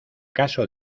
caso